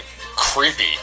creepy